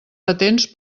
patents